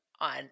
on